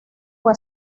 fue